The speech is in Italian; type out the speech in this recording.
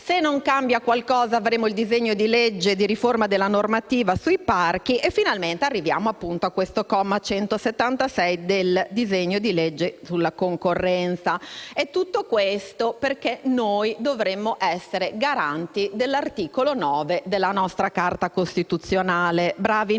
Se non cambia qualcosa, avremo il disegno di legge di riforma della normativa sui parchi e, finalmente, arriviamo a questo comma 176 del disegno di legge sulla concorrenza. Tutto questo perché noi dovremmo essere garanti dell'articolo 9 della nostra carta costituzionale. Bravi noi: